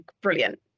brilliant